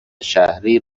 شهری